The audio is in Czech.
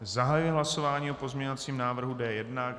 Zahajuji hlasování o pozměňovacím návrhu D1.